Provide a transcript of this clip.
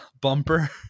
bumper